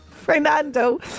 Fernando